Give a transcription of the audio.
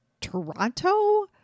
Toronto